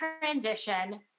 transition